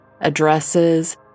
addresses